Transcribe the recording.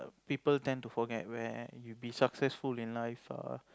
people tend to forgot where you be successful in life ah